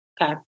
Okay